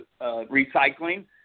recycling